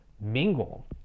mingle